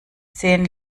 zehn